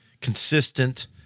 consistent